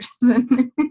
person